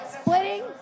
splitting